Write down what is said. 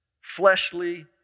fleshly